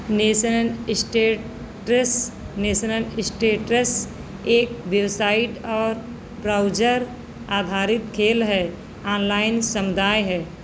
nation states nation states एक website और browser आधारित खेल है ऑनलाइन समुदाय है